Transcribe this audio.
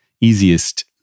easiest